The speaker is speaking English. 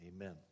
Amen